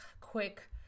quick